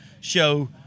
Show